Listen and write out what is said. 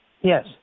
Yes